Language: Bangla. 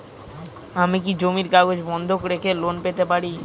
আমি কি জমির কাগজ বন্ধক রেখে লোন পেতে পারি?